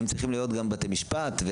צריכים להיות גם בבתי משפט,